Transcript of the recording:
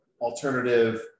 alternative